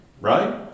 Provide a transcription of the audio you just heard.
Right